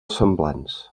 semblants